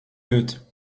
good